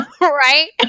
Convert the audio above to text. right